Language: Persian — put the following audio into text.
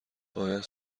باید